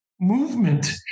Movement